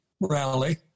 rally